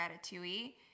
Ratatouille